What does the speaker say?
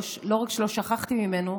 לא רק שלא שכחתי ממנו,